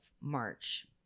March